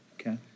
Okay